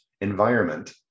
environment